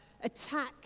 attack